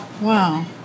Wow